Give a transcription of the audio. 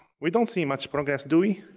we don't see much progress, do we?